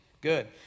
Good